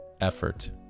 Effort